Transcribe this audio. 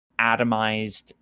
atomized